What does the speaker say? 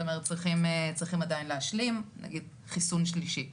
זאת אומרת צריכים עדיין להשלים, נגיד חיסון שלישי.